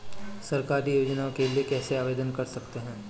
सरकारी योजनाओं के लिए कैसे आवेदन कर सकते हैं?